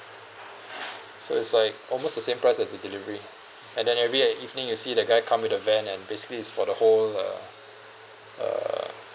so it's like almost the same price as the delivery and then every eh~ evening you see the guy come with a van and basically is for the whole uh uh